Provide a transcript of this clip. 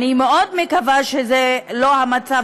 אני מאוד מקווה שזה לא המצב,